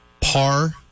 Par